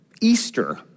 Easter